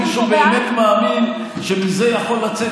ומישהו באמת מאמין שמזה יכול לצאת